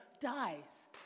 dies